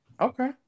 Okay